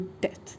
death